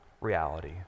reality